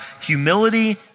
humility